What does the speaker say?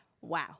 Wow